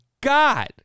God